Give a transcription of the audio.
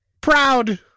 proud